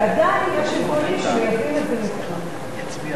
ועדיין יש יבואנים שמייבאים את זה מחו"ל.